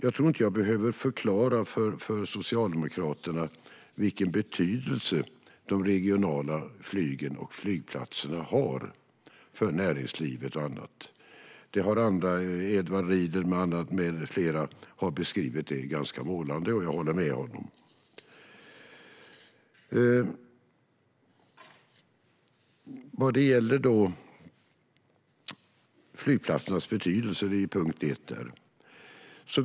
Jag tror inte att jag behöver förklara för Socialdemokraterna vilken betydelse de regionala flygen och flygplatserna har för näringslivet och andra. Det har Edward Riedl och andra målande beskrivit. Jag håller med honom. Under punkt 1 tas flygplatsernas betydelse upp.